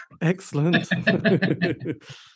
Excellent